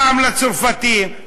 פעם לצרפתים,